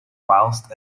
whilst